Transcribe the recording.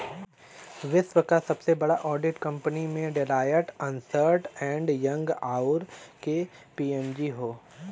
विश्व क सबसे बड़ा ऑडिट कंपनी में डेलॉयट, अन्सर्ट एंड यंग, आउर के.पी.एम.जी हौ